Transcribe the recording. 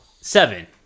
Seven